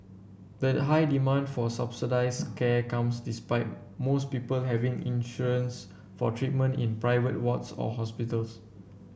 the high demand for subsidised care comes despite most people having insurance for treatment in private wards or hospitals